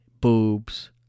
Boobs